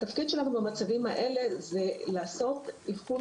התפקיד שלנו במצבים האלה זה לעשות אבחון